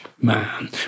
man